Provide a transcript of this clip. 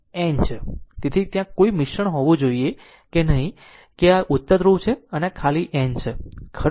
પછી ત્યાં કોઈ મિશ્રણ હોવું જોઈએ નહીં કે આ ઉત્તર ધ્રુવ છે અને આ ખાલી એ N છે ખરું